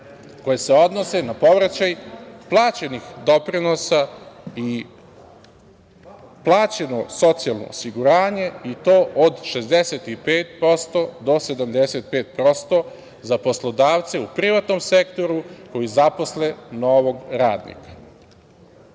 koje se odnose na povraćaj plaćenih doprinosa i plaćeno socijalno osiguranje i to od 65% do 75% za poslodavce u privatnom sektoru koji zaposle novog radnika. Očekuje